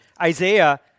Isaiah